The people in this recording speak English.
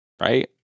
right